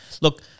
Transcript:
Look